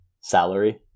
salary